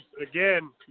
Again